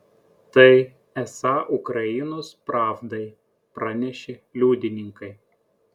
tai esą ukrainos pravdai pranešė liudininkai